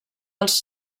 els